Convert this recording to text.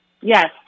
Yes